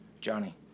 johnny